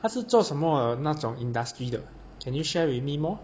她是做什么那种 industry 的 can you share with me more